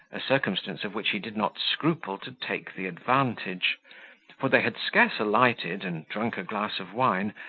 a circumstance of which he did not scruple to take the advantage for they had scarce alighted, and drunk a glass of wine,